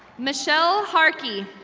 michelle harkey.